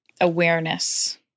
Awareness